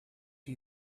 you